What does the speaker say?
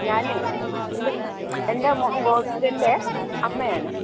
ഞാനെ എൻ്റെ എൻ്റെ മോൻ ഗോവിന്ദൻ്റെ അമ്മയാണ് അ